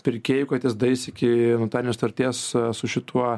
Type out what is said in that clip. pirkėjui kad jis daeis iki notarinės sutarties su šituo